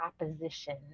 opposition